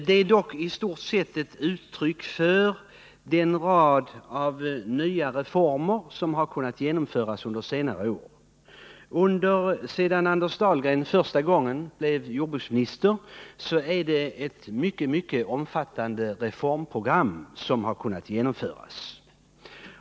Det är dock i stort sett ett uttryck för den rad av nya reformer som har kunnat genomföras under senare år. Sedan Anders Dahlgren för : AR bruksdepartemenförsta gången blev jordbruksminister har ett mycket omfattande reformprotets verksamhetsgram kunnat genomföras.